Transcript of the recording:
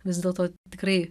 vis dėlto tikrai